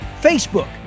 Facebook